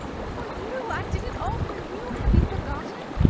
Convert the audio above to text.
for you! i did it all for you have you forgotten?